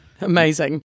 Amazing